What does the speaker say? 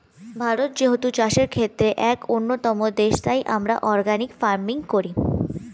ভারত যেহেতু চাষের ক্ষেত্রে এক অন্যতম দেশ, তাই আমরা অর্গানিক ফার্মিং করি